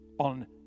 on